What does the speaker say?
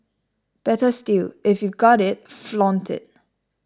better still if you got it flaunt it